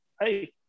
hey